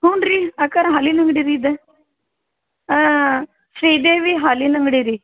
ಹ್ಞೂ ರೀ ಅಕ್ಕಾರೆ ಹಾಲಿನ ಅಂಗಡಿ ರೀ ಇದು ಶ್ರೀದೇವಿ ಹಾಲಿನ ಅಂಗಡಿ ರೀ